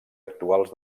actuals